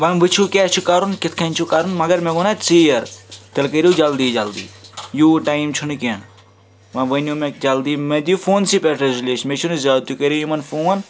وۄنۍ وٕچھِو کیٛاہ چھُ کَرُن کِتھ کٔنۍ چھُو کَرُن مگر مےٚ گوٚو نَہ ژیر تیٚلہِ کٔرِو جلدی جلدی یوٗت ٹایم چھُنہٕ کیٚنٛہہ وۄنۍ ؤنِو مےٚ جلدی مےٚ دِیِو فونسٕے پٮ۪ٹھ ریٚزُلیش مےٚ چھُنہٕ زیادٕ تُہۍ کٔرِو یِمَن فون